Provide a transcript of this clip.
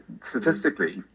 statistically